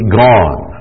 gone